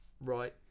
right